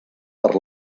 per